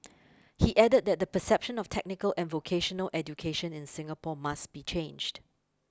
he added that the perception of technical and vocational education in Singapore must be changed